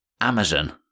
Amazon